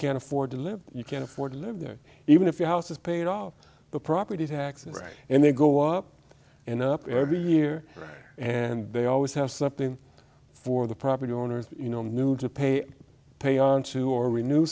can't afford to live you can't afford to live there even if your house is paid off the property taxes and they go up and up every year and they always have something for the property owners you know new to pay pay on to or we knew